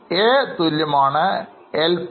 A തുല്യമാണ് LO